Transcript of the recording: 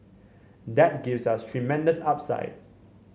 that gives us tremendous upside